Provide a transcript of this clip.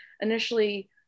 initially